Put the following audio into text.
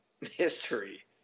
history